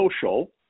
social